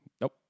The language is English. Nope